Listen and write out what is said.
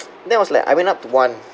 then I was like I went up to one